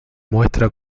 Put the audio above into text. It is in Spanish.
muestra